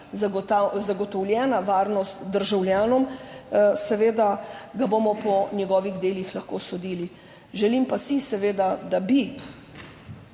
zagotovljena varnost državljanom, seveda ga bomo po njegovih delih lahko sodili. Želim pa si seveda, da bi